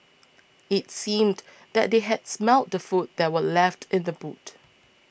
it seemed that they had smelt the food that were left in the boot